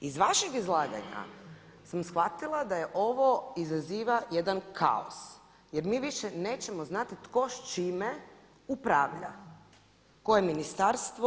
Iz vašeg izlaganja sam shvatila da ovo izaziva jedan kaos, jer mi više nećemo znati tko s čime upravlja, koje ministarstvo.